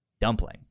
dumpling